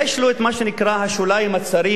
יש לו מה שנקרא השוליים הצרים,